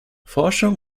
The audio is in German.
forschung